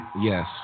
yes